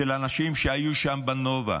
של אנשים שהיו שם בנובה,